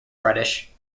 reddish